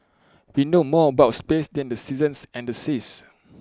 we know more about space than the seasons and the seas